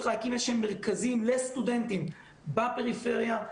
להקים איזשהם מרכזים לסטודנטים בפריפריה,